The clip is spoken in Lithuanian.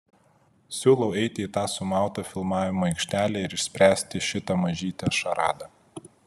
siūlau eiti į tą sumautą filmavimo aikštelę ir išspręsti šitą mažytę šaradą